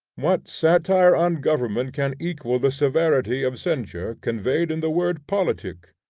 what satire on government can equal the severity of censure conveyed in the word politic,